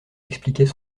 expliquait